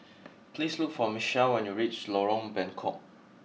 please look for Michele when you reach Lorong Bengkok